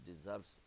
deserves